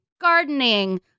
gardening